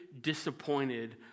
disappointed